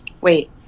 Wait